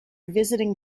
visiting